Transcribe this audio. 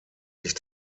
sich